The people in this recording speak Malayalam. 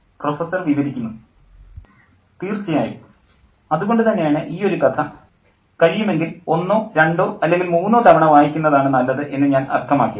പ്രൊഫസ്സർ തീർച്ചയായും അതുകൊണ്ടു തന്നെയാണ് ഈയൊരു കഥ കഴിയുമെങ്കിൽ ഒന്നോ രണ്ടോ അല്ലെങ്കിൽ മൂന്നോ തവണ വായിക്കുന്നതാണ് നല്ലത് എന്നു ഞാൻ അർത്ഥമാക്കിയത്